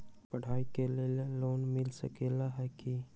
पढाई के लेल लोन मिल सकलई ह की?